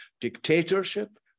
dictatorship